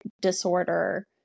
disorder